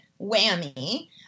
whammy